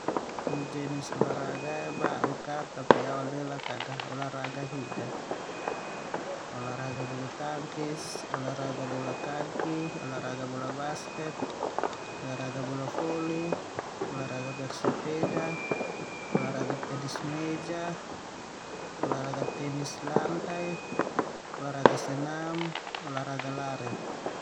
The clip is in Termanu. Jenis olahraga ia bau'uk a tehu au alelak kada hida, olahraga bulu tangkis, olahraga bola kaki, olahraga bola basket, olahraga bola voli, olahraga bersepedea, olahraga tenis meja, olahraga tenis lantai, olahraga senam, olahraga lari.